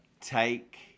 take